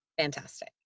Fantastic